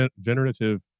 generative